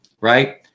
right